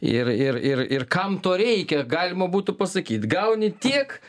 ir ir ir ir kam to reikia galima būtų pasakyt gauni tiek